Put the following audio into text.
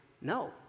no